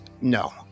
no